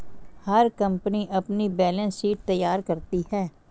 हर company अपनी balance sheet तैयार करती है